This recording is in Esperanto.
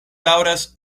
daŭras